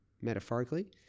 metaphorically